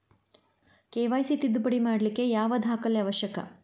KYC ತಿದ್ದುಪಡಿ ಮಾಡ್ಲಿಕ್ಕೆ ಯಾವ ದಾಖಲೆ ಅವಶ್ಯಕ?